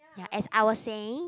ya as I was saying